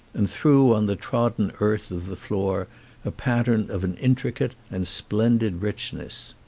and threw on the trodden earth of the floor a pattern of an intricate and splendid richness.